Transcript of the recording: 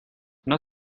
not